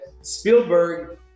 Spielberg